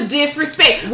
disrespect